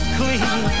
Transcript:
clean